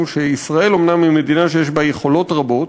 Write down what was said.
שישראל היא אומנם מדינה שיש בה יכולות רבות,